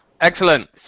Excellent